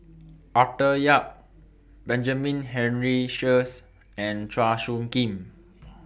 Arthur Yap Benjamin Henry Sheares and Chua Soo Khim